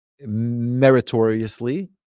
meritoriously